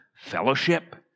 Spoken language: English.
fellowship